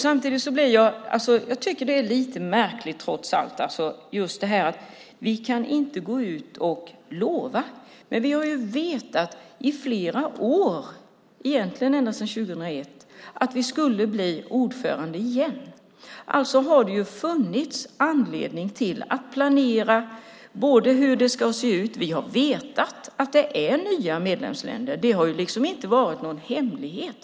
Jag tycker trots allt att detta att vi inte kan lova något är lite märkligt. Vi har vetat i flera år, egentligen ända sedan 2001, att vi ska bli ordförande igen. Det har alltså funnits anledning att planera hur det ska se ut. Vi har vetat att det finns nya medlemsländer. Det har inte varit någon hemlighet.